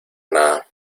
nada